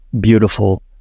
beautiful